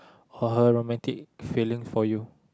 uh romantic feeling for you